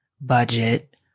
budget